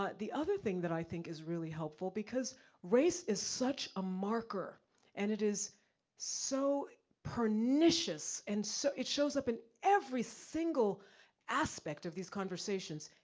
ah the other thing that i think is really helpful because race is such a marker and it is so pernicious, and so it shows up in every single aspect of these conversations,